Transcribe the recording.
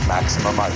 Maximum